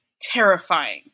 terrifying